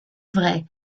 vrai